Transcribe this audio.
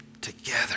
together